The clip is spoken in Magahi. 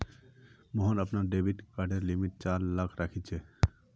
मोहन अपनार डेबिट कार्डेर लिमिट चार लाख राखिलछेक